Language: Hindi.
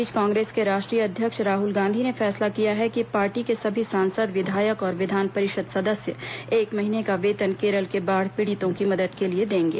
इस बीच कांग्रेस के राष्ट्रीय अध्यक्ष राहल गांधी ने फैसला किया है कि पार्टी के सभी सांसद विधायक और विधान परिषद सदस्य एक महीने का वेतन केरल के बाढ़ पीड़ितों की मदद के लिए देंगे